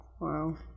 Wow